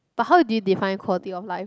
but how do you define quality of life